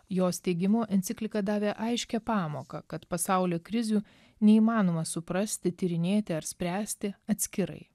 jos teigimu enciklika davė aiškią pamoką kad pasaulio krizių neįmanoma suprasti tyrinėti ar spręsti atskirai